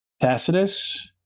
Tacitus